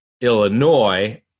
Illinois